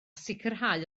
sicrhau